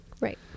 Right